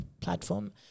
platform